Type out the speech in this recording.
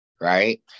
Right